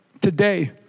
today